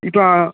இப்போ